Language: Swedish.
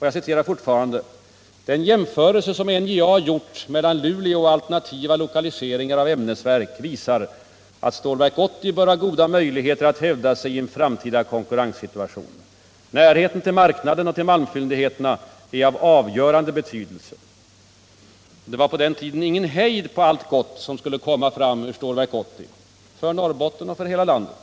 Jag citerar fortfarande: ”Den jämförelse som NJA gjort mellan Luleå och alternativa lokaliseringar av ämnesverk visar att Stålverk 80 bör ha goda möjligheter att hävda sig i en framtida konkurrenssituation. Närheten till marknaden och till malmfyndigheterna är härvidlag av avgörande betydelse.” Det var på den tiden ingen hejd på allt gott som skulle komma fram ur Stålverk 80 för Norrbotten och för hela Sverige.